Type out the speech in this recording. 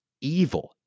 evil